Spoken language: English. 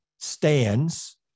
stands